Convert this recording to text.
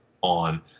on